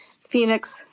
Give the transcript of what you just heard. Phoenix